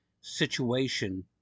situation